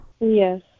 Yes